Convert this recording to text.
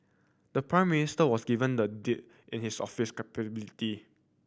the Prime Minister was given the deed in his official capability